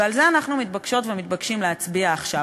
ועל זה אנחנו מתבקשות ומתבקשים להצביע עכשיו,